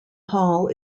hall